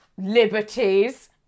Liberties